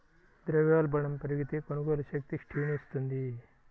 ద్రవ్యోల్బణం పెరిగితే, కొనుగోలు శక్తి క్షీణిస్తుంది